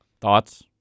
Thoughts